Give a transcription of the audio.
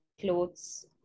clothes